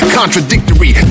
contradictory